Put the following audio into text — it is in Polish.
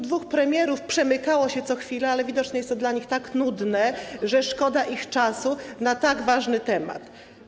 Dwóch premierów przemykało się tu co chwilę, ale widocznie jest to dla nich tak nudne, że szkoda ich czasu na tak ważny temat.